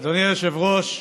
אדוני היושב-ראש,